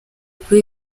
kuba